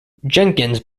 jenkins